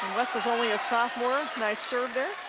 wessels only a sophomore, nice serve there